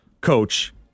coach